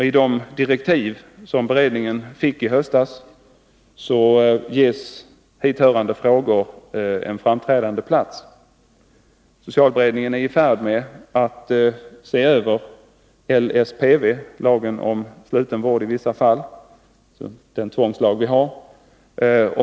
I de direktiv som beredningen fick i höstas ges hithörande frågor en framträdande plats. Socialberedningen är i färd med att se över LSPV, lagen om sluten vård i vissa fall, vilket är den tvångslag vi har.